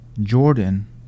Jordan